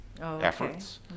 efforts